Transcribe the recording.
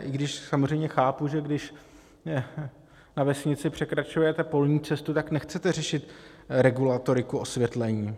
I když samozřejmě chápu, že když na vesnici překračujete polní cestu, tak nechcete řešit regulatoriku osvětlení.